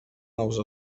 nous